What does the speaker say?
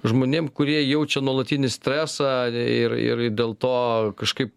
žmonėm kurie jaučia nuolatinį stresą ir ir dėl to kažkaip